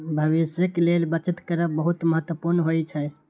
भविष्यक लेल बचत करब बहुत महत्वपूर्ण होइ छै